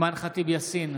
נגד אימאן ח'טיב יאסין,